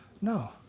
No